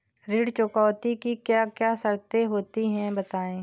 ऋण चुकौती की क्या क्या शर्तें होती हैं बताएँ?